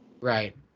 right